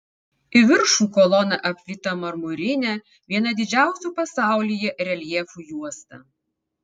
į viršų kolona apvyta marmurine viena didžiausių pasaulyje reljefų juosta